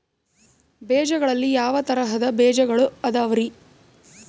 ಬೇಜಗಳಲ್ಲಿ ಯಾವ ತರಹದ ಬೇಜಗಳು ಅದವರಿ?